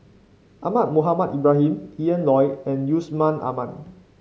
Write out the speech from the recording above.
Ahmad Mohamed Ibrahim Ian Loy and Yusman Aman